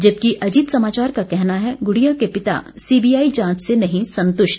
जबकि अजीत समाचार का कहना है गुड़िया के पिता सी बीआई जांच से नहीं संतुष्ट